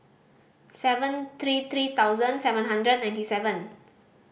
seven three three thousand seven hundred ninety seven